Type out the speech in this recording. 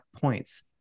points